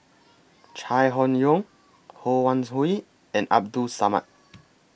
Chai Hon Yoong Ho Wan Hui and Abdul Samad